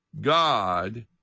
God